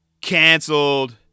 Cancelled